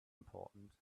important